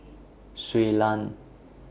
Shui Lan